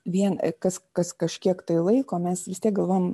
vien kas kas kažkiek laiko mes vis tiek galvojam